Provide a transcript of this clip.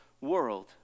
world